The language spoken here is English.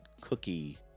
cookie